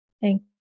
Thank